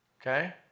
Okay